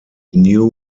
new